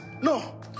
No